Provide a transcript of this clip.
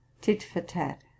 Tit-for-tat